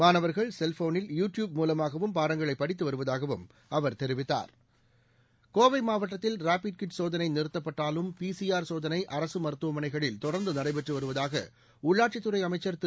மாணவர்கள் செல்போனில் YouTube மூலமாகவும் பாடங்களை படித்து வருவதாகவும் அவர் தெரிவித்தாா் கோவை மாவட்டத்தில் ரேபிட் கிட் சோதனை நிறுத்தப்பட்டாலும் பிசிஆர் சோதனை அரசு மருத்துவமனைகளில் தொடர்ந்து நடைபெற்று வருவதாக உள்ளாட்சித்துறை அமைச்ச் திரு